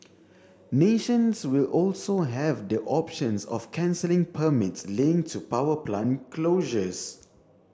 nations will also have the options of cancelling permits linked to power plant closures